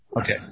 Okay